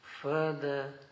further